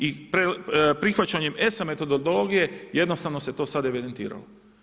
I prihvaćanjem ESA metodologije jednostavno se to sada evidentiralo.